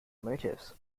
motifs